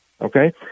okay